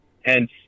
hence